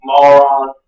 Moron